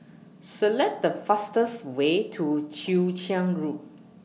Select The fastest Way to Chwee Chian Road